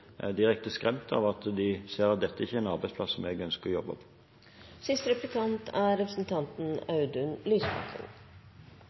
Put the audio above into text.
direkte skremt av at de ser at dette ikke er en arbeidsplass hvor de ønsker å jobbe.